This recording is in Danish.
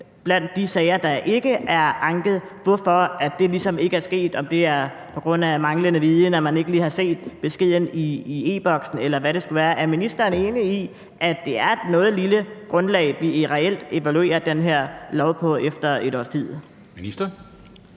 blandt de sager, der ikke er anket, ved, hvorfor det ligesom ikke er sket, altså om det er på grund af manglende viden, at man ikke lige har set beskeden i e-boksen eller hvad det skulle være. Er ministeren enig i, at det er et noget lille grundlag, vi reelt evaluerer den her lov på, efter et års tid? Kl.